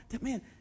Man